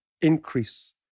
increase